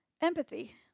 Empathy